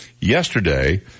yesterday